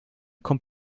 kommt